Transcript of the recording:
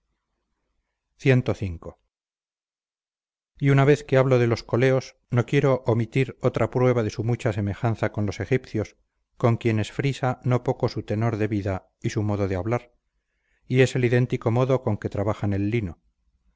cv y una vez que hablo de los coleos no quiero omitir otra prueba de su mucha semejanza con los egipcios con quienes frisa no poco su tenor de vida y su modo de hablar y es el idéntico modo con que trabajan el lino